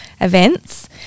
events